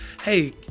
Hey